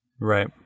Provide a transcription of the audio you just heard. Right